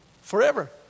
forever